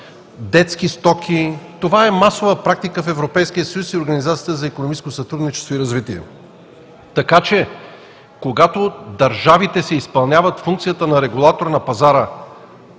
детски стоки. Това е масова практика в Европейския съюз и Организацията за икономическо сътрудничество и развитие. Така че, когато държавите си изпълняват функцията на регулатор на пазара